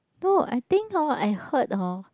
no I think hor I heard hor